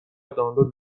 دانلود